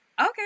Okay